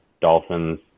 Dolphins